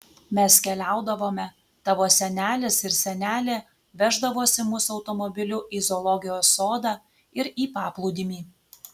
mes keliaudavome tavo senelis ir senelė veždavosi mus automobiliu į zoologijos sodą ir į paplūdimį